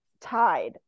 tied